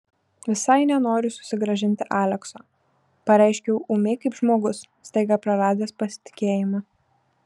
visai nenoriu susigrąžinti alekso pareiškiau ūmiai kaip žmogus staiga praradęs pasitikėjimą